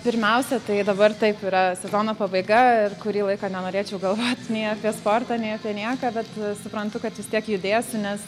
pirmiausia tai dabar taip yra sezono pabaiga ir kurį laiką nenorėčiau galvot nei apie sportą nei apie nieką bet suprantu kad vis tiek judėsiu nes